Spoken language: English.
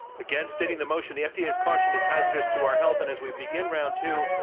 again, stating the motion, the fda's caution is hazardous to our health. and as we begin round two,